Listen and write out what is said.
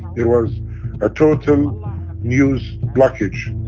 there was a total news blockage.